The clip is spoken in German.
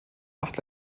acht